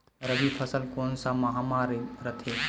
रबी फसल कोन सा माह म रथे?